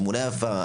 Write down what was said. תמונה יפה,